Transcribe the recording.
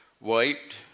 wiped